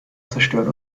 zerstören